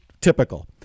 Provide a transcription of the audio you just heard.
typical